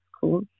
Cool